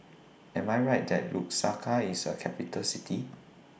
Am I Right that Lusaka IS A Capital City